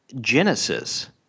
Genesis